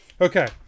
Okay